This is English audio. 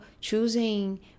choosing